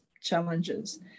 challenges